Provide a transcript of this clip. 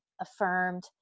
affirmed